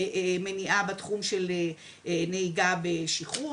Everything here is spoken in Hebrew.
והמניעה בתחום של נהיגה בשכרות.